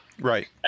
Right